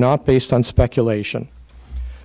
not based on speculation